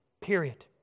period